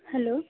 hello